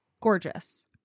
gorgeous